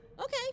Okay